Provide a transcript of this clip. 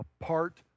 apart